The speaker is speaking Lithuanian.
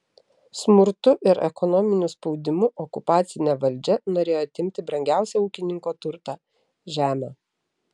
smurtu ir ekonominiu spaudimu okupacinė valdžia norėjo atimti brangiausią ūkininko turtą žemę